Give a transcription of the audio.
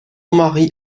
marie